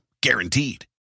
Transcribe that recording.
Guaranteed